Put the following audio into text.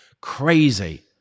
crazy